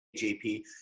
JP